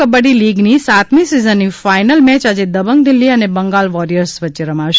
કબઙ્ડી લીગની સાતમી સિઝનની ફાયનલ મેચ આજે દબંગ દિલ્હી અને બંગાલ વોરિયર્સ વચ્ચે રમાશે